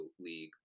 League